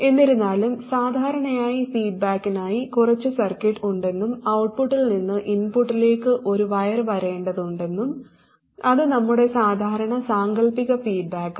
എന്നിരുന്നാലും സാധാരണയായി ഫീഡ്ബാക്കിനായി കുറച്ച് സർക്യൂട്ട് ഉണ്ടെന്നും ഔട്ട്പുട്ടിൽ നിന്ന് ഇൻപുട്ടിലേക്ക് ഒരു വയർ വരേണ്ടതുണ്ടെന്നും അത് നമ്മുടെ സാധാരണ സാങ്കൽപ്പിക ഫീഡ്ബാക്കാണ്